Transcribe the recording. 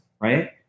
right